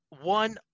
one